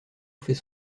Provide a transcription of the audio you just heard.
fait